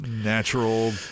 Natural